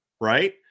Right